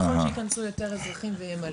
ככל שיותר אזרחים ייכנסו וימלאו,